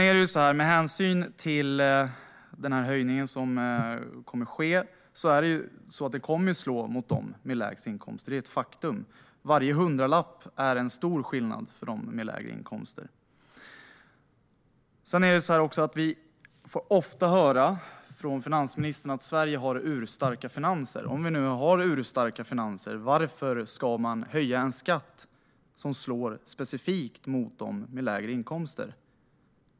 Den höjning som kommer att ske kommer att slå mot dem med lägst inkomst. Det är ett faktum. Varje hundralapp innebär en stor skillnad för dem med lägre inkomster. Vi får ofta höra från finansministern att Sverige har urstarka finanser. Om vi nu har urstarka finanser, varför ska man då höja en skatt som slår specifikt mot dem med lägre inkomster?